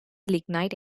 lignite